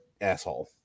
asshole